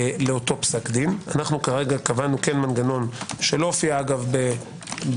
לאותו פסק דין, כרגע קבענו מנגנון שלא הופיע לדעתי